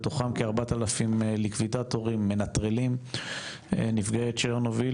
מתוכם כ-4,000 ליקווידטורים מנטרלים נפגעי צ'רנוביל